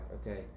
okay